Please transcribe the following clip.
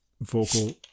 vocal